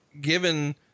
given